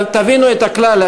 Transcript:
תבינו את הכלל,